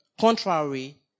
contrary